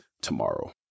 tomorrow